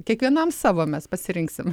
kiekvienam savo mes pasirinksim